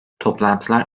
toplantılar